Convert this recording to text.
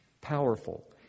powerful